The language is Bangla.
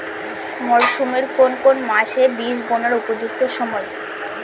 মরসুমের কোন কোন মাস বীজ বোনার উপযুক্ত সময়?